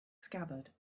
scabbard